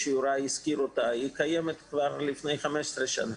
הממשלה קיימת כבר לפני 15 שנה